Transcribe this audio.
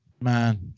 Man